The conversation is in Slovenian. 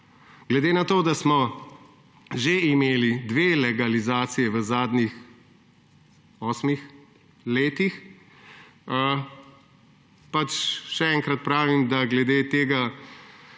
Glede na to, da smo že imeli dve legalizaciji v zadnjih osmih letih, še enkrat pravim, da glede tega